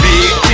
Big